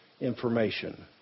information